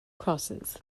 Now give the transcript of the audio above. crosses